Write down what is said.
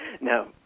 no